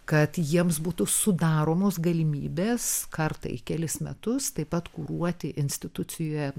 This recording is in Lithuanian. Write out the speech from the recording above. kad jiems būtų sudaromos galimybės kartą į kelis metus taip pat kuruoti institucijoje